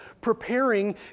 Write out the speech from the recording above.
preparing